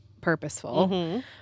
purposeful